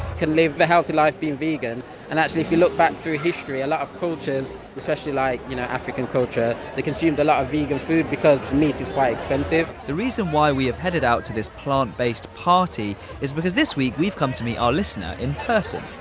can live a healthy life being vegan and actually if you look back through history, a lot of cultures especially like you know african cultures, they consumed a lot of vegan food because meat is quite expensive. the reason why we have headed out to this plant-based party is because this week we've come to meet our listener in person.